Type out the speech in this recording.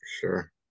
Sure